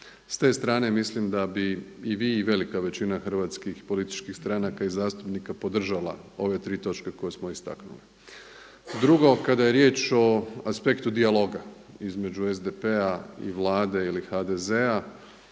S te strane mislim da bi i vi i velika većina hrvatskih političkih stranaka i zastupnika podržala ove tri točke koje smo istaknuli. Drugo kada je riječ o aspektu dijaloga između SDP-a i Vlade ili HDZ-a